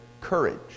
courage